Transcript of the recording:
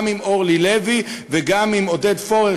גם עם אורלי לוי וגם עם עודד פורר,